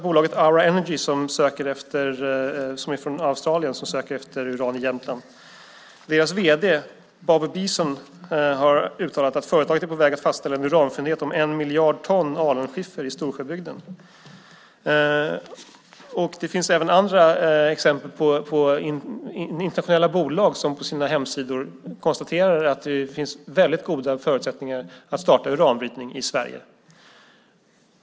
Bolaget Aura Energy från Australien söker enligt sin hemsida efter uran i Jämtland. Deras vd, Bob Beeson, har uttalat att företaget är på väg att fastställa en uranfyndighet om en miljard ton alunskiffer i Storsjöbygden. Det finns även andra exempel på internationella bolag som på sina hemsidor konstaterar att det finns väldigt goda förutsättningar att starta uranbrytning i Sverige.